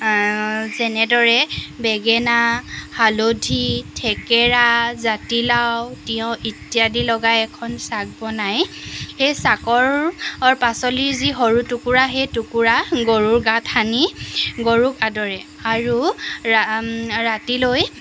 যেনেদৰে বেগেনা হালধি থেকেৰা জাতিলাও তিয়ঁহ ইত্যাদি লগাই এখন চাক বনাই সেই চাকৰ পাচলিৰ যি সৰু টুকুৰা সেই টুকুৰা গৰুৰ গাত সানি গৰুক আদৰে আৰু ৰা ৰাতিলৈ